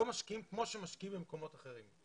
לא משקיעים כמו שמשקיעים במקומות אחרים.